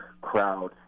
crowd